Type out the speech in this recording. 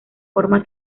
forma